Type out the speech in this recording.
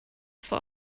fog